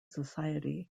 society